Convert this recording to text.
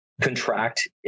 contract